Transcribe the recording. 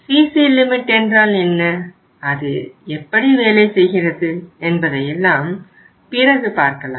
CC limit என்றால் என்ன அது எப்படி வேலை செய்கிறது என்பதையெல்லாம் பிறகு பார்க்கலாம்